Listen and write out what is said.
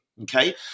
okay